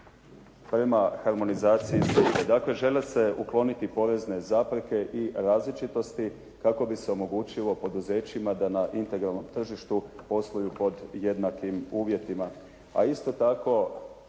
se./ … Dakle žele se ukloniti porezne zapreke i različitosti kako bi se omogućilo poduzećima da na integralnom tržištu posluju pod jednakim uvjetima,